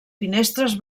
finestres